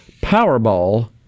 Powerball